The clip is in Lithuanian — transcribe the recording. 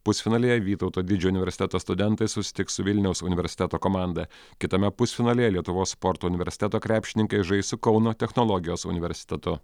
pusfinalyje vytauto didžiojo universiteto studentai susitiks su vilniaus universiteto komanda kitame pusfinalyje lietuvos sporto universiteto krepšininkai žais su kauno technologijos universitetu